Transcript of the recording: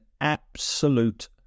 absolute